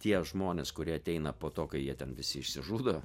tie žmonės kurie ateina po to kai jie ten visi išsižudo